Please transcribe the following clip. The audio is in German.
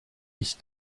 ich